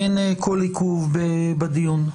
אין כל עיכוב בדיון.